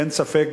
אין ספק,